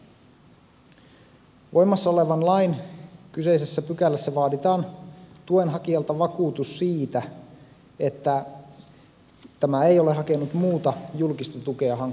voimassa olevan lain kyseisessä pykälässä vaaditaan tuen hakijalta vakuutus siitä että tämä ei ole hakenut muuta julkista tukea hankkeelle